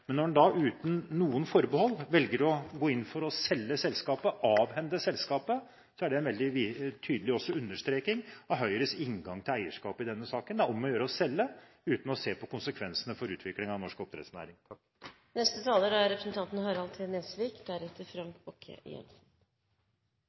Men når en da uten noen forbehold velger å gå inn for å selge selskapet, å avhende selskapet, er det også en veldig tydelig understreking av Høyres inngang til eierskap i denne saken: at det er om å gjøre å selge, uten å se på konsekvensene for utvikling av norsk oppdrettsnæring. Helt innledningsvis vil jeg bare takke statsråden for den avklaringen han nettopp kom med, som er